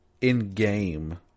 in-game